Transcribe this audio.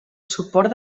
suport